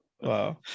wow